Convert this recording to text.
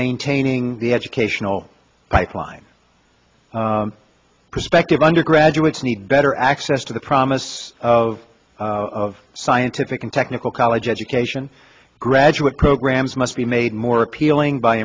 maintaining the educational pipeline prospective undergraduates need better access to the promise of scientific and technical college education graduate programs must be made more appealing by